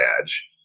badge